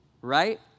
right